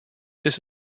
this